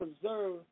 preserve